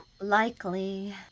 Likely